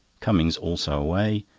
cummings also away.